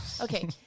Okay